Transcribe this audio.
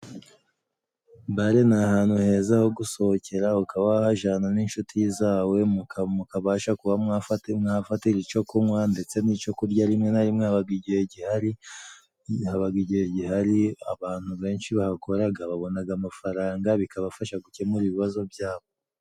Bare ni ahantu heza ho gusohokera ukaba wahajana n'inshuti zawe mukabasha kuba mwafata mwahafatira ico kunywa ndetse n'ico kurya, rimwe na rimwe habaga igihe gihari habaga igihe gihari abantu benshi bahakoraga babonaga amafaranga, bikabafasha gukemura ibibazo byabo.